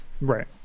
Right